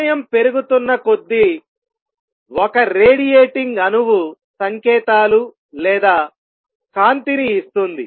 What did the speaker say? సమయం పెరుగుతున్న కొద్దీ ఒక రేడియేటింగ్ అణువు సంకేతాలు లేదా కాంతిని ఇస్తుంది